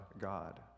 God